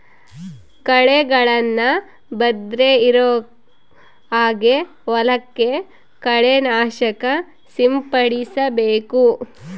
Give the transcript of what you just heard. ಕಳೆಗಳನ್ನ ಬರ್ದೆ ಇರೋ ಹಾಗೆ ಹೊಲಕ್ಕೆ ಕಳೆ ನಾಶಕ ಸಿಂಪಡಿಸಬೇಕು